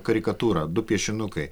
karikatūrą du piešinukai